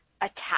attack